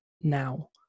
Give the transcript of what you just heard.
now